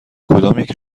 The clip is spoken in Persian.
کدامیک